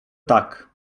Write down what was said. tak